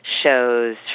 shows